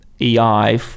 AI